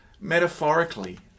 metaphorically